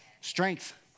Strength